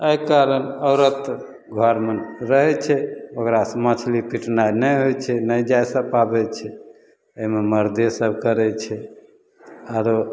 एहि कारण औरत घरमे रहै छै ओकरासे मछली पिटनाइ नहि होइ छै नहि जै सभ पाबै छै एहिमे मरदेसभ करै छै आओर